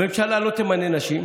הנקודה?